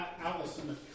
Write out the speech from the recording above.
allison